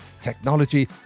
technology